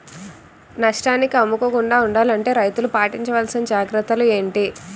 నష్టానికి అమ్ముకోకుండా ఉండాలి అంటే రైతులు పాటించవలిసిన జాగ్రత్తలు ఏంటి